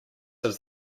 does